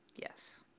yes